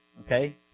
okay